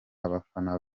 abafana